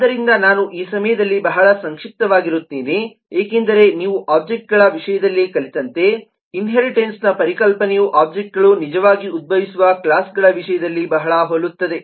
ಆದ್ದರಿಂದ ನಾನು ಈ ಸಮಯದಲ್ಲಿ ಬಹಳ ಸಂಕ್ಷಿಪ್ತವಾಗಿರುತ್ತೇನೆ ಏಕೆಂದರೆ ನೀವು ಒಬ್ಜೆಕ್ಟ್ಗಳ ವಿಷಯದಲ್ಲಿ ಕಲಿತಂತೆ ಇನ್ಹೇರಿಟನ್ಸ್ ನ ಪರಿಕಲ್ಪನೆಯು ಒಬ್ಜೆಕ್ಟ್ಗಳು ನಿಜವಾಗಿ ಉದ್ಭವಿಸುವ ಕ್ಲಾಸ್ಗಳ ವಿಷಯದಲ್ಲಿ ಬಹಳ ಹೋಲುತ್ತದೆ